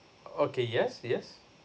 okay yes yes